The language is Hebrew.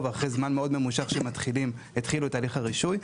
ואחרי זמן מאוד ממושך שמתחילים יתחילו את תהליך הרישוי.